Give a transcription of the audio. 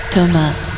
Thomas